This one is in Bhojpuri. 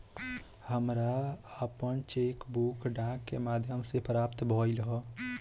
हमरा आपन चेक बुक डाक के माध्यम से प्राप्त भइल ह